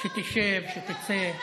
את שרה,